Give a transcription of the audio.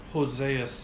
Hosea